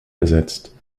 besetzt